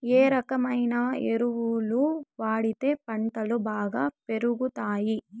ఏ రకమైన ఎరువులు వాడితే పంటలు బాగా పెరుగుతాయి?